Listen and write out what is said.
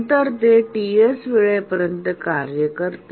नंतर ते Ts वेळेपर्यंत कार्य करते